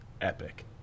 epic